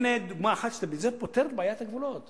הנה דוגמה אחת שאתה בזה פותר את בעיית הגבולות.